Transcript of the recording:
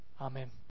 Amen